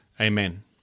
Amen